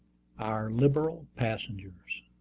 our liberal passengers.